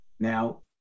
Now